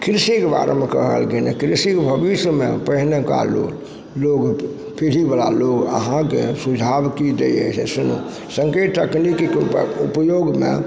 कृषिके बारेमे कहल गेल हइ कृषिके भविष्यमे पहिलुका लोक लोग पीढ़ीवला लोग अहाँके सुझाव की दै जाइ छथि सुनु सङ्केत तकनीकीके उपयोगमे